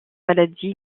maladie